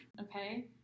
Okay